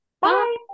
Bye